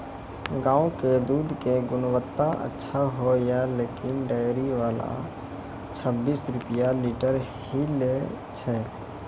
गांव के दूध के गुणवत्ता अच्छा होय या लेकिन डेयरी वाला छब्बीस रुपिया लीटर ही लेय छै?